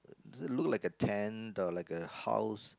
does it look like a tent or like a house